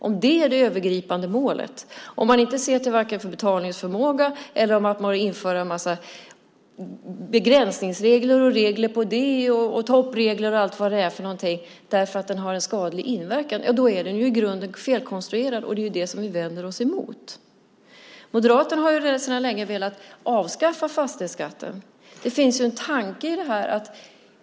Om det är det övergripande målet - om man inte ser till betalningsförmåga eller om man börjar införa en massa begränsningsregler, regler på det, toppregler och allt vad det är, för att den har en skadlig inverkan - är den i grunden felkonstruerad. Det är det vi vänder oss emot. Moderaterna har sedan länge velat avskaffa fastighetsskatten. Det finns en tanke i detta.